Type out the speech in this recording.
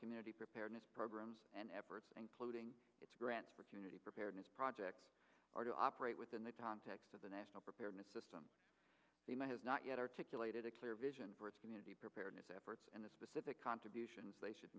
community preparedness program and efforts including its grants for community preparedness projects are to operate within the context of the national preparedness system they may have not yet articulated a clear vision for its community preparedness efforts in a specific contributions they should